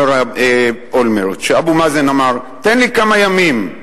אומר אולמרט שאבו מאזן אמר: "תן לי כמה ימים.